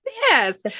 Yes